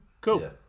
cool